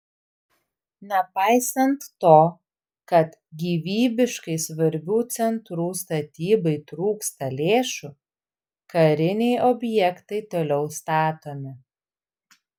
nepaisant to kad gyvybiškai svarbių centrų statybai trūksta lėšų kariniai objektai toliau statomi